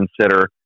consider